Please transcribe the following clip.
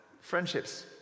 Friendships